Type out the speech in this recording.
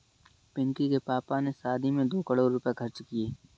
पिंकी के पापा ने शादी में दो करोड़ रुपए खर्च किए